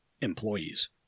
employees –